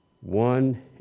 One